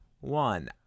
One